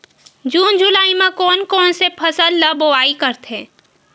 जून जुलाई म कोन कौन से फसल ल बोआई करथे?